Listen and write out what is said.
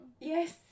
Yes